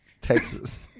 Texas